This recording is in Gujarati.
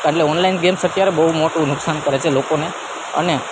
અટલે ઓનલાઈન ગેમ્સ અત્યારે બહુ મોટું નુકસાન કરે છે લોકોને અને